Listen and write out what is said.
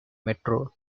metro